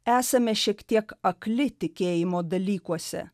esame šiek tiek akli tikėjimo dalykuose